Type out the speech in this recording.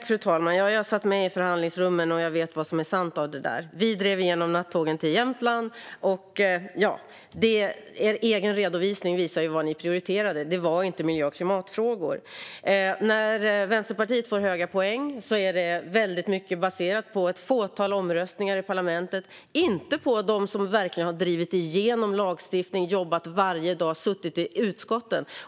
Fru talman! Jag satt med i förhandlingsrummen, och jag vet vad som är sant av det där. Vi drev igenom nattågen till Jämtland. Er egen redovisning visar ju vad ni prioriterade. Det var inte miljö och klimatfrågor. När Vänsterpartiet får höga betyg baseras det mycket på ett fåtal omröstningar i parlamentet, inte på vilka som verkligen har drivit igenom lagstiftning, jobbat varje dag och suttit i utskotten.